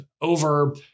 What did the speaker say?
over